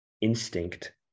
instinct